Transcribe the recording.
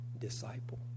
disciple